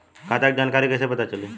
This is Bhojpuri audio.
खाता के जानकारी कइसे पता चली?